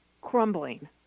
crumbling